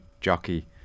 jockey